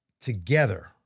together